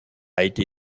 été